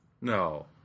No